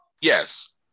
yes